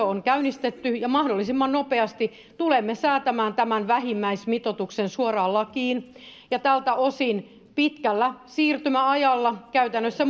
on käynnistetty mahdollisimman nopeasti tulemme säätämään tämän vähimmäismitoituksen suoraan lakiin ja tältä osin pitkällä siirtymäajalla käytännössä